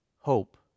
hope